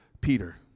Peter